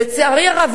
לצערי הרב,